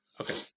Okay